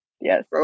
Yes